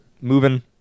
moving